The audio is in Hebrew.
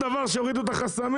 כל דבר שיורידו את החסמים,